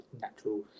natural